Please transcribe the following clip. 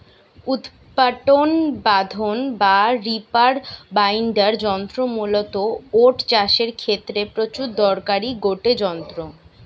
উৎপাটন বাঁধন বা রিপার বাইন্ডার যন্ত্র মূলতঃ ওট চাষের ক্ষেত্রে প্রচুর দরকারি গটে যন্ত্র